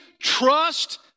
trust